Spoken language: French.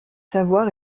savoir